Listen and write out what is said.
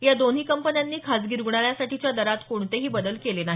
या दोन्ही कंपन्यांनी खासगी रुग्णालयांसाठीच्या दरात कोणतेही बदल केले नाही